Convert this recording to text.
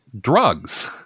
drugs